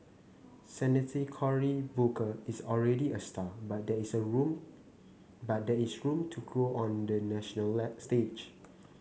Senator Cory Booker is already a star but there is a room but there is a room to grow on the national stage